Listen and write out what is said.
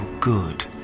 good